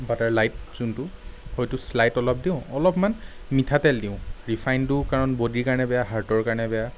butter light যোনটো সেইটো শ্লাইড অলপ দিওঁ অলপমান মিঠাতেল দিওঁ ৰিফাইনটো কাৰণ বডীৰ কাৰণে বেয়া হাৰ্টৰ কাৰণে বেয়া